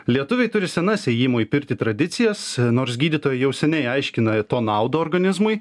lietuviai turi senas ėjimo į pirtį tradicijas nors gydytojai jau seniai aiškina to naudą organizmui